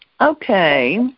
Okay